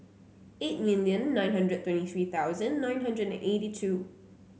eight million nine hundred and twenty three hundred nine hundred and eighty two